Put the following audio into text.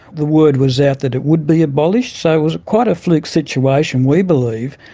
the word was out that it would be abolished, so it was quite a fluke situation, we believe,